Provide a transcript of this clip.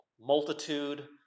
multitude